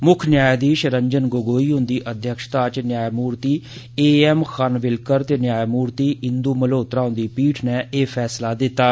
मुक्ख न्यायघीश रंजन गगोई हुन्दी अध्यक्षता च न्यांमूर्ति ए एम खानविलकर ते न्यांमूर्ति इंदू मल्होत्रा हुन्दी पीठ नै एह फैसला कीता ऐ